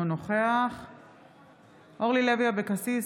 אינו נוכח אורלי לוי אבקסיס,